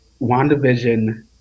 WandaVision